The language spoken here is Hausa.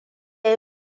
ya